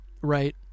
right